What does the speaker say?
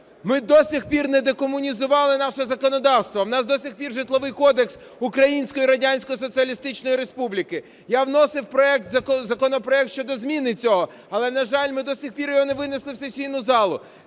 ми до цих пір не декомунізували наше законодавство. У нас до сих пір Житловий кодекс Української Радянської Соціалістичної Республіки. Я вносив законопроект щодо зміни цього. Але, на жаль, ми до сих пір його не винесли в сесійну залу.